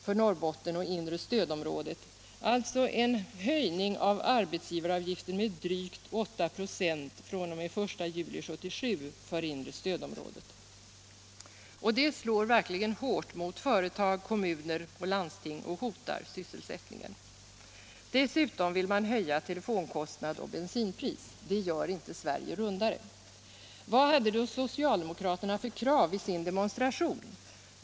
För Norrbotten och det inre stödområdet betyder det en höjning av arbetsgivaravgiften med drygt 8 96 fr.o.m. den 1 juli 1977. Det slår verkligen hårt mot företag, kommuner och landsting och hotar sysselsättningen. Dessutom vill man höja telefonkostnad och bensinpris. Det gör inte Sverige rundare. Vad hade socialdemokraterna då för krav vid sin demonstration?